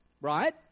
right